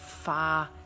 far